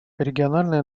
региональная